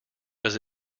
does